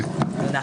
תודה.